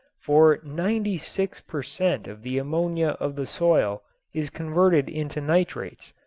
for ninety-six per cent. of the ammonia of the soil is converted into nitrates.